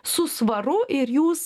su svaru ir jūs